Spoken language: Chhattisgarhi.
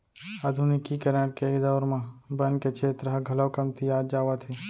आधुनिकीकरन के दौर म बन के छेत्र ह घलौ कमतियात जावत हे